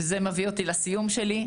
וזה מביא אותי לסיום שלי,